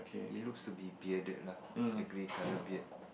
he looks to be bearded lah a grey colour beard